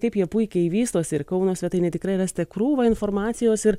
kaip jie puikiai vystosi ir kauno svetainėj tikrai rasite krūvą informacijos ir